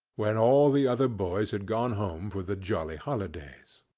when all the other boys had gone home for the jolly holidays.